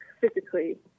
physically